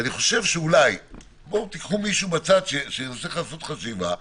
תיקחו מישהו בצד שיעשה חשיבה.